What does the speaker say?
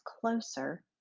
closer